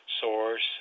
Source